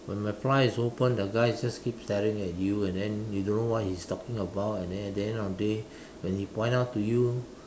when my fly is open the guy is just keep staring at you and then you don't know what he is talking about and then at the end of the day when he point out to you